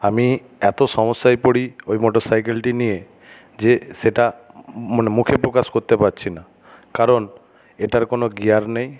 আমি এত সমস্যায় পড়ি ওই মোটর সাইকেলটি নিয়ে যে সেটা মানে মুখে প্রকাশ করতে পারছি না কারণ এটার কোনো গিয়ার নেই